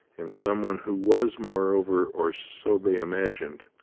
and some one who was, moreover, or so they imagined,